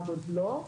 מה גודלו,